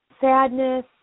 Sadness